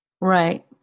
Right